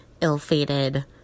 ill-fated